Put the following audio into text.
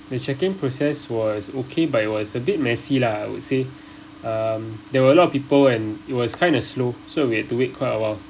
the check-in process was okay but it was a bit messy lah I would say um there were a lot of people and it was kinda slow so we had to wait quite awhile